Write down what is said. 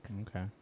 okay